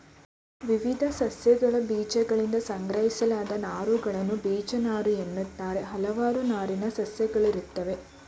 ವಿವಿಧ ಸಸ್ಯಗಳಬೀಜಗಳಿಂದ ಸಂಗ್ರಹಿಸಲಾದ ನಾರುಗಳನ್ನು ಬೀಜನಾರುಎನ್ನುತ್ತಾರೆ ಹಲವಾರು ನಾರಿನ ಸಸ್ಯಗಳಯ್ತೆ